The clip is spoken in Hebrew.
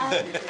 מצטרפת.